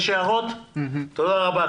תודה רבה.